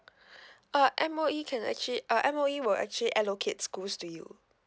uh M_O_E can actually uh M_O_E will actually allocate schools to you